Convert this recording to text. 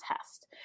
Test